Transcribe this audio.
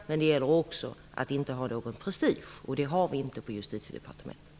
Men det gäller också att inte ha någon prestige, och det har vi inte heller på Justitiedepartementet.